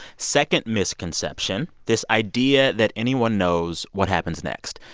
second misconception this idea that anyone knows what happens next,